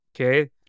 Okay